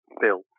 built